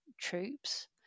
troops